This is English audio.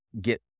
get